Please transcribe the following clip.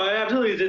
ah absolutely.